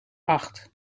acht